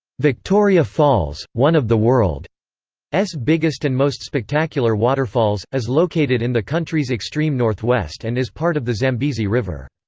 victoria falls, one of the world's biggest and most spectacular waterfalls, is located in the country's extreme northwest and is part of the zambezi river.